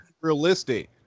realistic